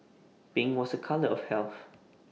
pink was A colour of health